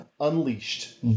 unleashed